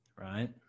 Right